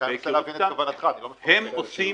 אני מנסה להבין את כוונתך, אני לא --- הם עושים